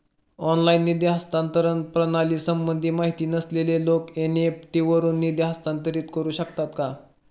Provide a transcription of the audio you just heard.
Online निधी हस्तांतरण प्रणालीसंबंधी माहिती नसलेले लोक एन.इ.एफ.टी वरून निधी हस्तांतरण करू शकतात का?